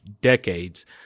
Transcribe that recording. decades